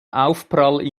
aufprall